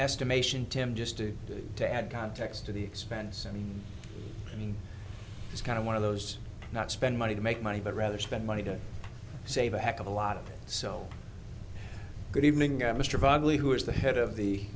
estimation tim just to to add context to the expense i mean it's kind of one of those not spend money to make money but rather spend money to save a heck of a lot of so good evening mr wagner who is the head of the